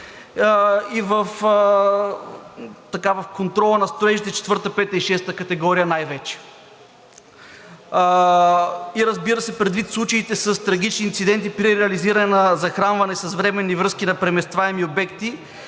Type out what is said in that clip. и в контрола на строежите четвърта, пета и шеста категория най-вече. И разбира се, предвид случаите с трагични инциденти при реализиране на захранване с временни връзки на преместваеми обекти,